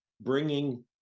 bringing